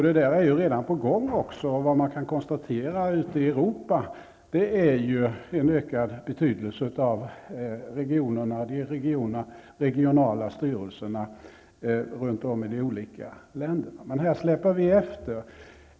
Det är redan på gång, och man kan konstatera att ute i Europa har regionerna och de regionala styrelserna runt om i de olika länderna fått ökad betydelse. Här släpar vi efter.